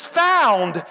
found